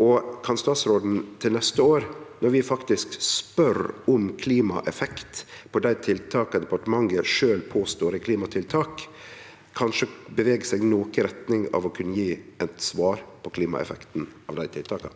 Og kan statsråden til neste år, når vi spør om faktisk klimaeffekt på dei tiltaka departementet sjølv påstår er klimatiltak, kanskje bevege seg noko i retning av å kunne gje eit svar på klimaeffekten av dei tiltaka?